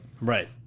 Right